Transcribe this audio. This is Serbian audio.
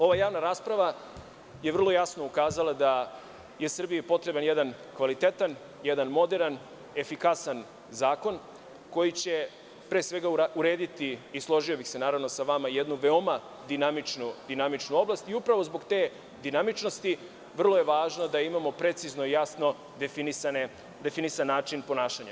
Ova javna rasprava je vrlo jasno ukazala da je Srbiji potreban jedan kvalitetan, moderan, efikasan zakon koji će, pre svega, urediti jednu veoma dinamičnu oblast i upravo zbog te dinamičnosti vrlo je važno da imamo precizno i jasno definisan način ponašanja.